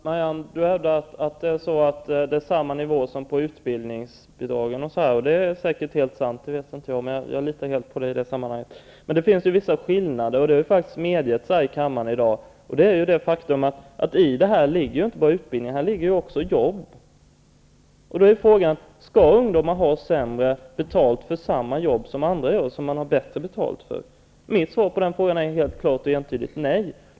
Herr talman! Marianne Andersson hävdar att bidragen är på samma nivå som utbildningsbidragen, och det är säkert sant. Jag vet inte, men jag litar helt på Marianne Andersson i det sammanhanget. Men det finns ju vissa skillnader, och det har också medgetts här i kammaren i dag. Faktum är att i systemet med praktikplatser ligger inte bara utbildning utan också jobb. Då är frågan: Skall ungdomar ha sämre betalt än andra som gör samma arbete? Mitt svar på den frågan är ett klart och entydigt nej.